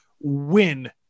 win